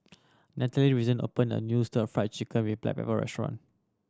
Natalie recently opened a new Stir Fried Chicken with black pepper restaurant